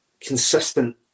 consistent